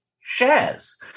shares